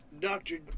Doctor